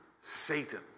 Satan